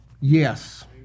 Yes